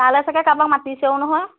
তালে চাগে কাৰোবাক মাতিছেও নহয়